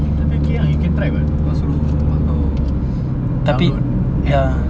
tapi K ah you can try [what] kau suruh mak kau download app